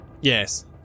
Yes